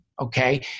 okay